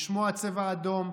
לשמוע צבע אדום,